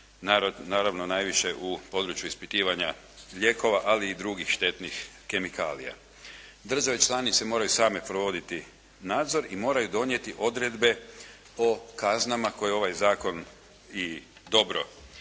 naravno najviše u području ispitivanja lijekova, ali i drugih štetnih kemikalija. Države članice moraju same provoditi nadzor i moraju donijeti odredbe o kaznama koje ovaj Zakon i dobro donosi.